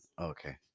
Okay